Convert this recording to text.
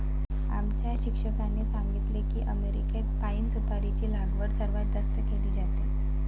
आमच्या शिक्षकांनी सांगितले की अमेरिकेत पाइन सुपारीची लागवड सर्वात जास्त केली जाते